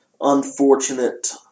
unfortunate